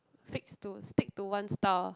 fix to stick to one style